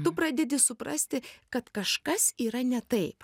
tu pradedi suprasti kad kažkas yra ne taip